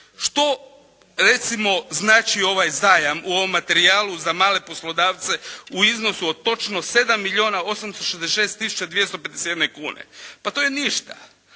Što recimo znači ovaj zajam u ovom materijalu za male poslodavce u iznosu od točno 7 milijuna 866 tisuća 251 kune. Pa to je ništa.